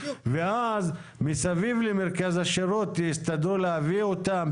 ואז מסביב למרכז השירות יביאו אותם,